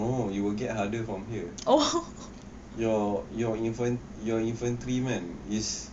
no it will get harder from here your your infant your inventory kan is